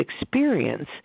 experience